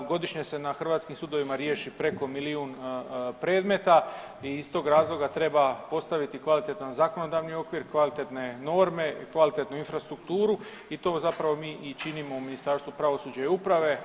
Godišnje se na hrvatskim sudovima riješi preko milijun predmeta i iz tog razloga treba postaviti kvalitetan zakonodavni okvir, kvalitetne norme, kvalitetnu infrastrukturu i to zapravo mi i činimo u Ministarstvu pravosuđa i uprave.